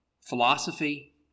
philosophy